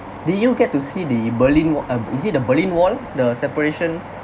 did you get to see the berlin wall uh is it the berlin wall the separation